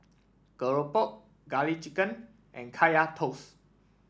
Keropok Garlic Chicken and Kaya Toast